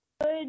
Good